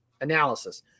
analysis